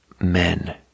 men